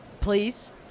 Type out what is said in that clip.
please